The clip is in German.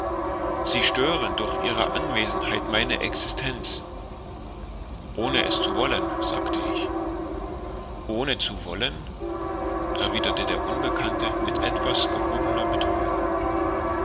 sie stören durch ihre anwesenheit meine existenz ohne es zu wollen sagte ich ohne zu wollen erwiderte der unbekannte mit etwas gehobener betonung